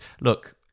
look